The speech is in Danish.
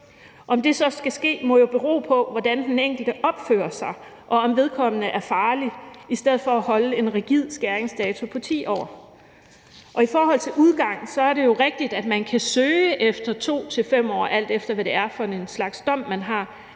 Om det så skal ske, må jo bero på, hvordan den enkelte opfører sig, og om vedkommende er farlig, i stedet for at holde en rigid skæringsdato på 10 år. I forhold til udgang er det rigtigt, at man kan søge efter 2-5 år, alt efter hvad det er for en slags dom, man har,